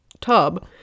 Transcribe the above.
tub